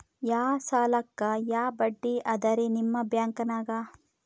ಯಾ ಸಾಲಕ್ಕ ಯಾ ಬಡ್ಡಿ ಅದರಿ ನಿಮ್ಮ ಬ್ಯಾಂಕನಾಗ?